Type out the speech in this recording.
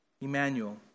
Emmanuel